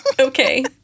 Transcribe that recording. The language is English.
Okay